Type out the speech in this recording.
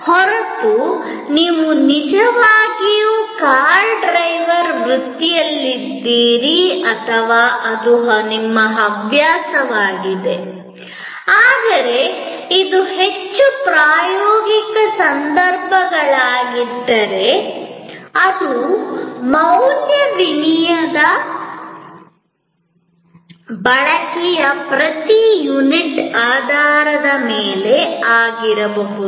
ಹೊರತು ನೀವು ನಿಜವಾಗಿಯೂ ಕಾರ್ ಡ್ರೈವಿಂಗ್ ವೃತ್ತಿಯಲ್ಲಿದ್ದೀರಿ ಅಥವಾ ಅದು ನಿಮ್ಮ ಹವ್ಯಾಸವಾಗಿದೆ ಆದರೆ ಇದು ಹೆಚ್ಚು ಪ್ರಾಯೋಗಿಕ ಸಂದರ್ಭಗಳಾಗಿದ್ದರೆ ಅದು ಮೌಲ್ಯ ವಿನಿಮಯದ ಬಳಕೆಯ ಪ್ರತಿ ಯೂನಿಟ್ ಆಧಾರದ ಮೇಲೆ ಆಗಿರಬಹುದು